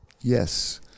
Yes